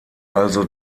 also